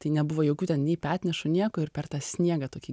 tai nebuvo jokių ten nei petnešų nieko ir per tą sniegą tokį